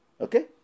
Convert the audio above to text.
Okay